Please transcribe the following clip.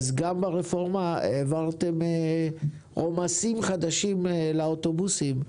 והנה גם ברפורמה העברתם עומסים חדשים לאוטובוסים.